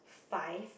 five